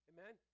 Amen